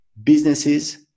businesses